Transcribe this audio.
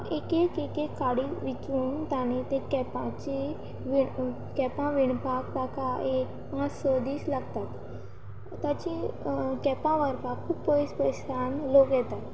एक एक एक एक काडी विचून ताणीं ती कॅपांची कॅपां विणपाक ताका एक पांच स दीस लागतात ताची कॅपां व्हरपाक खूब पयस पयसान लोक येतात